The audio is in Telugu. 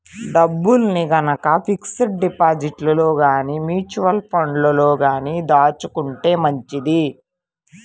డబ్బుల్ని గనక ఫిక్స్డ్ డిపాజిట్లలో గానీ, మ్యూచువల్ ఫండ్లలో గానీ దాచుకుంటే మంచిది